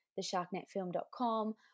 thesharknetfilm.com